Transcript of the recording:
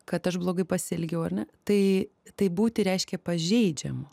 kad aš blogai pasielgiau ar ne tai taip būti reiškia pažeidžiamu